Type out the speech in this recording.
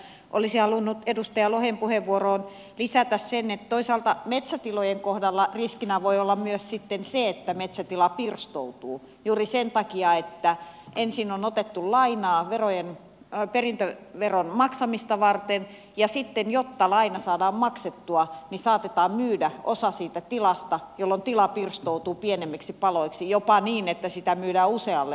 olisin halunnut edustaja lohen puheenvuoroon lisätä sen että toisaalta metsätilojen kohdalla riskinä voi olla myös sitten se että metsätila pirstoutuu juuri sen takia että ensin on otettu lainaa perintöveron maksamista varten ja sitten jotta laina saadaan maksettua saatetaan myydä osa siitä tilasta jolloin tila pirstoutuu pienemmiksi paloiksi jopa niin että sitä myydään usealle ostajalle